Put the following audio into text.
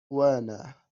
werner